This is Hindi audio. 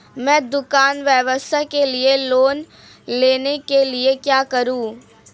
मैं दुकान व्यवसाय के लिए लोंन लेने के लिए क्या करूं?